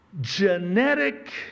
GENETIC